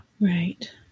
Right